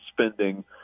spending